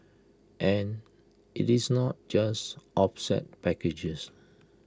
and IT is not just offset packages